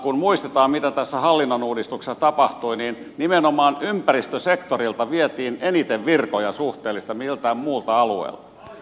kun muistetaan mitä tässä hallinnon uudistuksessa tapahtui niin nimenomaan ympäristösektorilta vietiin enemmän virkoja suhteellisesti kuin miltään muulta alueelta